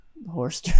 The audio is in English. Horse